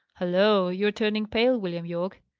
halloa! you are turning pale, william yorke.